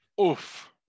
Oof